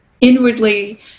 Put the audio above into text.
inwardly